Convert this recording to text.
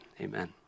Amen